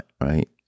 right